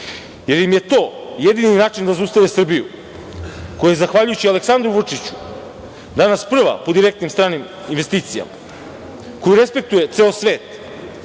jer im je to jedini način da zaustave Srbiju koja je zahvaljujući Aleksandru Vučiću danas prva po direktnim stranim investicijama, koju respektuje ceo svet,